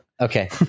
Okay